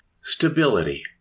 Stability